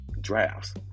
drafts